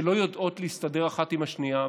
שלא יודעות להסתדר אחת עם השנייה,